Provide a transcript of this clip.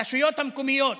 הרשויות המקומיות,